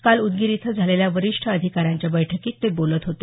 काल उदगीर इथं झालेल्या वरिष्ठ अधिकाऱ्यांच्या बैठकीत ते बोलत होते